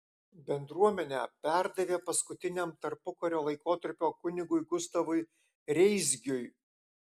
bendruomenę perdavė paskutiniam tarpukario laikotarpio kunigui gustavui reisgiui